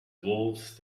wolves